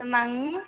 तर मग